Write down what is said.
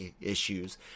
issues